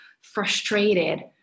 frustrated